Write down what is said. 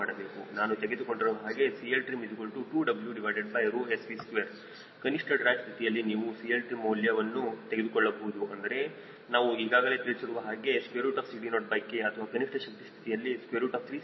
ನಾನು ತೆಗೆದುಕೊಂಡಿರುವ ಹಾಗೆ CLtrim2WSV2 ಕನಿಷ್ಠ ಡ್ರ್ಯಾಗ್ ಸ್ಥಿತಿಯಲ್ಲಿ ನೀವು CLtrim ಮೌಲ್ಯ ಮೌಲ್ಯವನ್ನು ತೆಗೆದುಕೊಳ್ಳಬಹುದು ಅಂದರೆ ನಾನು ಈಗಾಗಲೇ ತಿಳಿಸಿರುವ ಹಾಗೆ CD0K ಅಥವಾ ಕನಿಷ್ಠ ಶಕ್ತಿ ಸ್ಥಿತಿಯಲ್ಲಿ 3CD0K